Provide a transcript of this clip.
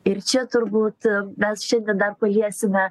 ir čia turbūt mes šiandien dar paliesime